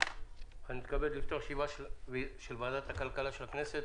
אני מתכבד לפתוח את ישיבת ועדת הכלכלה של הכנסת.